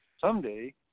someday